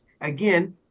again